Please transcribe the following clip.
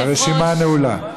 הרשימה נעולה.